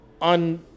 on